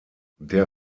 der